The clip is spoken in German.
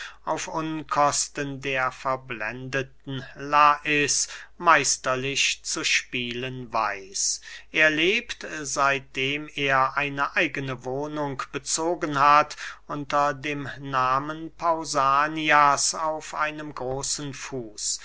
auf unkosten der verblendeten lais meisterlich zu spielen weiß er lebt seitdem er eine eigene wohnung bezogen hat unter dem nahmen pausanias auf einem großen fuß